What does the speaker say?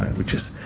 which is.